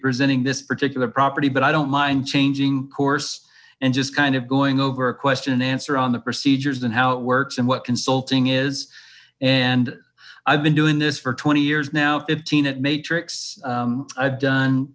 presenting this particular property but i don't mind changing course and just kind of going over a question and answer on the procedures and how it works and what consulting is and i've been doing this for twenty years now fifteen at matrix i've done